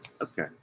Okay